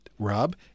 Rob